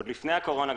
עוד לפני הקורונה,